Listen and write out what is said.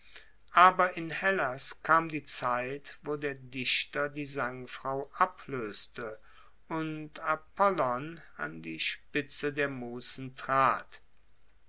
aber in hellas kam die zeit wo der dichter die sangfrau abloeste und apollon an die spitze der musen trat